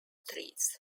trees